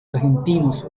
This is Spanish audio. argentinos